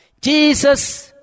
Jesus